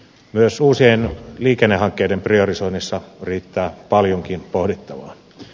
myös uusien liikennehankkeiden priorisoinnissa riittää paljonkin pohdittavaa